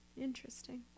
Interesting